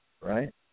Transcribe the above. right